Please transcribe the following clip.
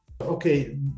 okay